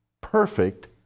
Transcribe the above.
perfect